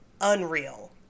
unreal